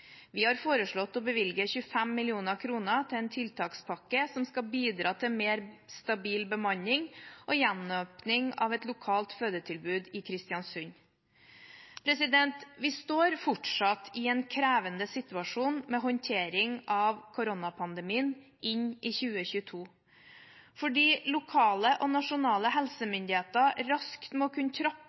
Vi har foreslått å bevilge 25 mill. kr til en tiltakspakke som skal bidra til mer stabil bemanning og gjenåpning av et lokalt fødetilbud i Kristiansund. Vi står fortsatt i en krevende situasjon med håndtering av koronapandemien inn i 2022. Fordi lokale og nasjonale helsemyndigheter raskt må kunne trappe